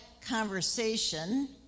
conversation